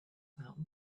about